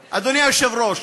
היושב-ראש,